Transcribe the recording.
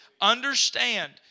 Understand